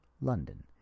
London